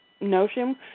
notion